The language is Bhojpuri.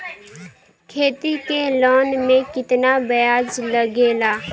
खेती के लोन में कितना ब्याज लगेला?